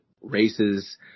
Races